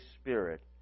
Spirit